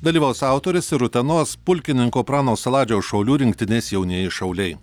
dalyvaus autorius ir utenos pulkininko prano saladžiaus šaulių rinktinės jaunieji šauliai